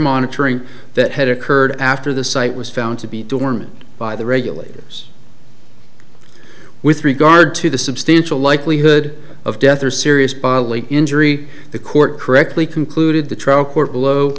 monitoring that had occurred after the site was found to be dormant by the regulators with regard to the substantial likelihood of death or serious bodily injury the court correctly concluded the trial court below